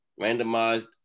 Randomized